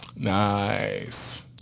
Nice